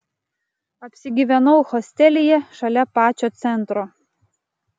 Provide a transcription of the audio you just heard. apsigyvenau hostelyje šalia pačio centro